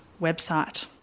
website